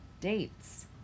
Dates